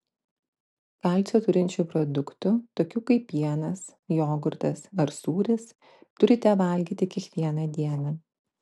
kalcio turinčių produktų tokių kaip pienas jogurtas ar sūris turite valgyti kiekvieną dieną